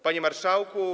Panie Marszałku!